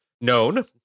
known